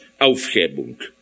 Aufhebung